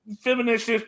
feminist